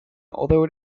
although